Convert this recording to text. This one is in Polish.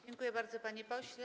Dziękuję bardzo, panie pośle.